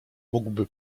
mógłby